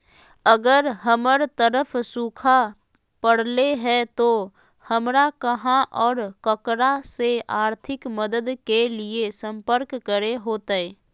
अगर हमर तरफ सुखा परले है तो, हमरा कहा और ककरा से आर्थिक मदद के लिए सम्पर्क करे होतय?